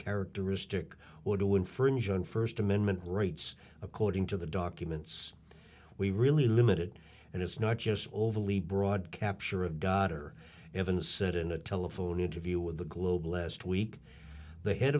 characteristic or to infringe on first amendment rights according to the documents we really limited and it's not just overly broad capture of god or evans said in a telephone interview with the globe last week the head